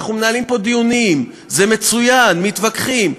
אנחנו מנהלים פה דיונים, זה מצוין, מתווכחים.